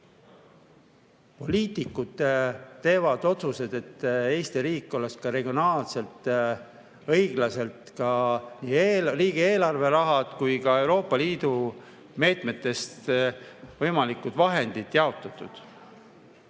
Poliitikud teevad otsuseid, et Eesti riigis oleks ka regionaalselt õiglaselt nii riigieelarve rahad kui ka Euroopa Liidu meetmetest võimalikud vahendid jaotatud. Kes